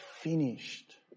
Finished